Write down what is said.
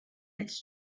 its